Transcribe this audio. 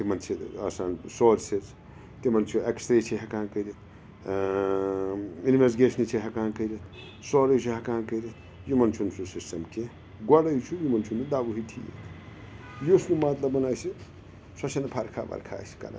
تِمَن چھِ آسان سورسِز تِمَن چھُ ایٚکسرٛے چھِ ہٮ۪کان کٔرِتھ اِنوٮ۪سگیشنہِ چھِ ہٮ۪کان کٔرِتھ سورے چھِ ہٮ۪کان کٔرِتھ یِمَن چھُنہٕ سُہ سِسٹَم کینٛہہ گۄڈَے چھُ یِمَن چھُنہٕ دَوہٕے ٹھیٖک یُس نہٕ مطلبَن آسہِ سۄ چھے نہٕ فرکھا وَرکھا آسہِ کَران